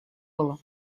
было